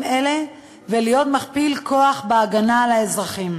אלה ולהיות מכפיל כוח בהגנה על האזרחים.